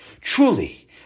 truly